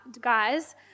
guys